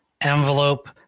envelope